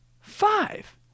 five